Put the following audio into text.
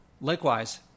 Likewise